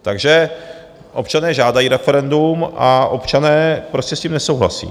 Takže občané žádají referendum a občané prostě s tím nesouhlasí.